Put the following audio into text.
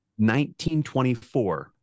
1924